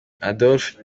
adolphe